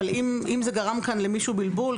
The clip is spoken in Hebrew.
אבל אם זה גרם כאן למישהו בלבול,